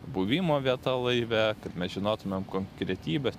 buvimo vieta laive kad mes žinotumėm konkretybės